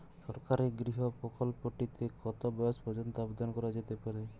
সরকারি গৃহ প্রকল্পটি তে কত বয়স পর্যন্ত আবেদন করা যেতে পারে?